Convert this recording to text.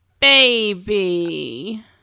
baby